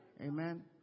Amen